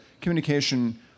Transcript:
communication